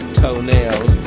toenails